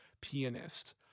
pianist